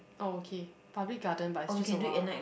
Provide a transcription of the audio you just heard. oh okay Public Garden but it just awhile